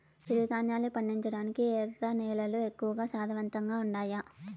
చిరుధాన్యాలు పండించటానికి ఎర్ర నేలలు ఎక్కువగా సారవంతంగా ఉండాయా